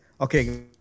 Okay